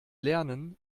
lernen